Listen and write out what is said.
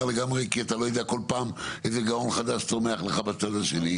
לגמרי כי אתה לא יודע כל פעם איזה גאון חדש צומח לך בצד השני,